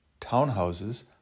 townhouses